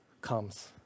comes